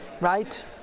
right